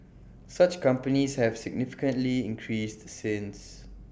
such companies have significantly increased since